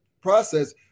process